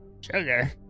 Sugar